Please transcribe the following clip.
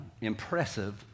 impressive